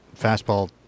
fastball